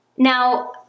Now